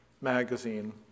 Magazine